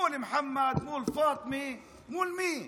מול מוחמד, מול פאטמה, מול מי?